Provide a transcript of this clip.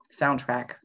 soundtrack